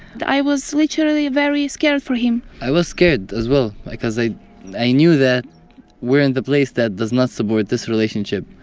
i was literally very scared for him i was scared as well because i i knew that we're in the place that does not support this relationship.